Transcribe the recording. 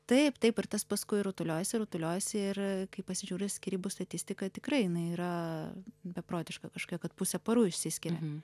taip taip ir tas paskui rutuliojasi rutuliojasi ir a kai pasižiūri skyrybų statistiką tikrai jinai yra beprotiška kažkokia kad pusė porų išsiskilia